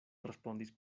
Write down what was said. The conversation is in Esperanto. respondis